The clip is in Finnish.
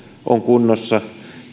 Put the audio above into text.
on kunnossa